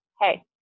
hey